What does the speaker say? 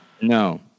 No